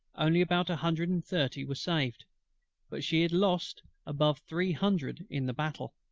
only about a hundred and thirty were saved but she had lost above three hundred in the battle.